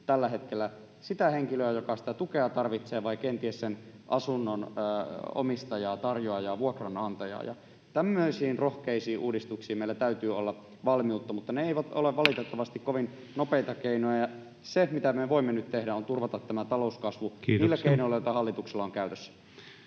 tällä hetkellä sitä henkilöä, joka sitä tukea tarvitsee, vai kenties sen asunnon omistajaa, tarjoajaa, vuokranantajaa. Tämmöisiin rohkeisiin uudistuksiin meillä täytyy olla valmiutta, mutta ne eivät ole valitettavasti kovin nopeita keinoja. Se, mitä me voimme nyt tehdä, on turvata tämä talouskasvu [Puhemies huomauttaa ajasta] niillä keinoilla, joita hallituksella on käytössä.